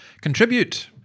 contribute